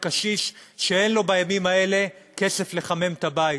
הקשיש שאין לו בימים האלה כסף לחמם את הבית,